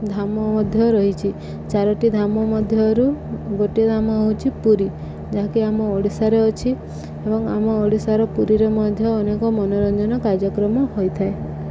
ଧାମ ମଧ୍ୟ ରହିଛିି ଚାରୋଟି ଧାମ ମଧ୍ୟରୁ ଗୋଟିଏ ଧାମ ହଉଛିି ପୁରୀ ଯାହାକି ଆମ ଓଡ଼ିଶାରେ ଅଛି ଏବଂ ଆମ ଓଡ଼ିଶାର ପୁରୀରେ ମଧ୍ୟ ଅନେକ ମନୋରଞ୍ଜନ କାର୍ଯ୍ୟକ୍ରମ ହୋଇଥାଏ